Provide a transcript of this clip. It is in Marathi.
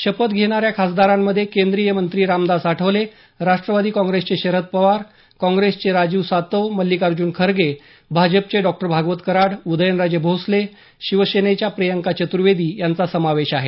शपथ घेणाऱ्या खासदारांमध्ये केंद्रीय मंत्री रामदास आठवले राष्ट्रवादी काँग्रेसचे शरद पवार काँग्रेसचे राजीव सातव मल्लिकार्जुन खरगे भाजपचे डॉ भागवत कराड उदयनराजे भोसले शिवसेनेच्या प्रियंका चतुर्वेदी यांचा समावेश आहे